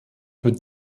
wird